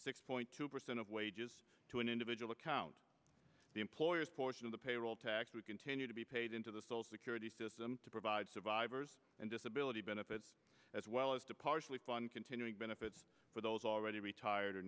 six point two percent of wages to an individual account the employer's portion of the payroll tax to continue to be paid into the soul security system to provide survivors and disability benefits as well as to partially on continuing benefits for those already retired or